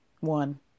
One